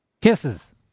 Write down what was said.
Kisses